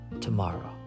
tomorrow